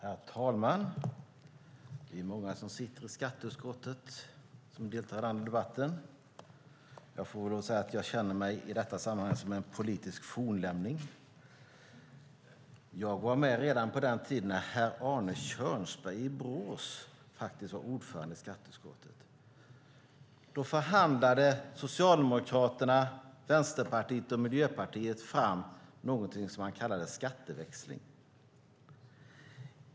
Herr talman! Det är många som sitter i skatteutskottet som deltar i denna debatt. Jag får lov att säga att jag i detta sammanhang känner mig som en politisk fornlämning. Jag var med redan på den tiden då herr Arne Kjörnsberg i Borås var ordförande i skatteutskottet. Då förhandlade Socialdemokraterna, Vänsterpartiet och Miljöpartiet fram någonting som man kallade skatteväxling.